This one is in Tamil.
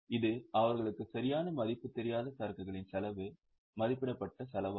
இது அவர்களுக்கு சரியான மதிப்பு தெரியாத சரக்குகளின் செலவு மதிப்பிடப்பட்ட செலவு ஆகும்